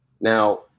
Now